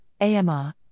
AMR